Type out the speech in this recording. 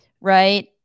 right